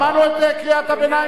שמענו את קריאת הביניים.